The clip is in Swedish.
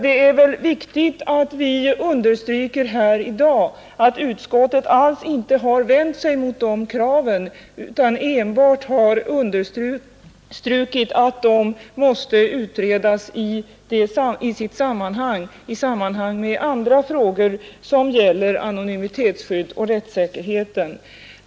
Utskottet har inte heller på något sätt vänt sig mot de kraven utan enbart framhållit att de måste utredas i sitt sammanhang, dvs. i samband med andra frågor som gäller anonymitetsskydd och rättsäkerhet.